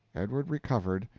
edward recovered,